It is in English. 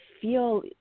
feel –